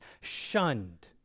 shunned